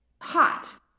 hot